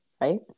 Right